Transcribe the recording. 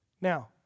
Now